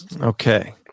Okay